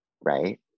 right